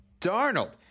Darnold